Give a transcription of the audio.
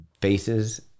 faces